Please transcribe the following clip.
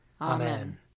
Amen